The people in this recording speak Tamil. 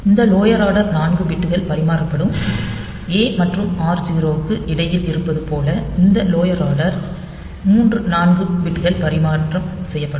இந்த லோயர் ஆர்டர் 4 பிட்கள் பரிமாறப்படும் a மற்றும் r0 க்கு இடையில் இருப்பது போல இந்த லோயர் ஆர்டர் 3 4 பிட்கள் பரிமாற்றம் செய்யப்படும்